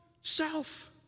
self